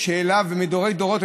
מדורי-דורות,